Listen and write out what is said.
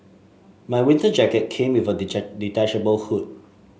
my winter jacket came with a detachable hood